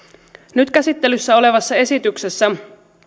nyt käsittelyssä olevassa esityksessä